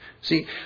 See